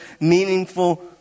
meaningful